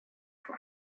for